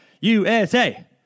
USA